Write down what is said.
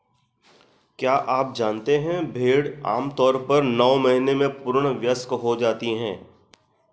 क्या आप जानते है भेड़ आमतौर पर नौ महीने में पूर्ण वयस्क हो जाती है?